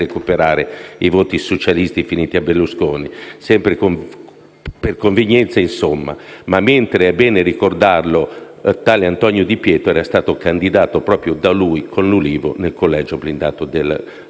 recuperare i voti socialisti finiti a Berlusconi, sempre per convenienza, quindi. Nel mentre - è bene ricordarlo - tale Antonio Di Pietro era stato candidato proprio da lui con l'Ulivo, nel collegio blindato del